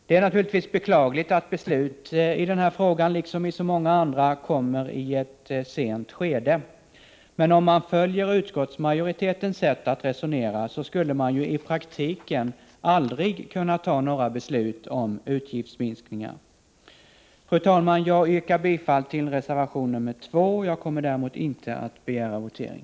Det är naturligtvis beklagligt att beslut i denna fråga, liksom i så många andra, kommer i ett så sent skede av riksdagsarbetet. Men om man följer utskottsmajoritetens sätt att resonera så skulle man ju i praktiken aldrig kunna ta några beslut om utgiftsminskningar! Fru talman! Jag yrkar bifall till reservation nr 2. Jag kommer däremot inte att begära votering.